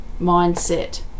mindset